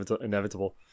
inevitable